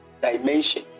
dimension